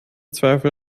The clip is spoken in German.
zweifel